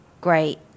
great